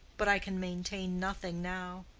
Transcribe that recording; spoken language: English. but i can maintain nothing now.